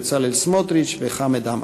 בצלאל סמוטריץ וחמד עמאר.